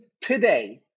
today